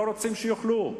לא רוצים שיאכלו.